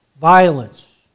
Violence